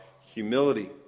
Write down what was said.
humility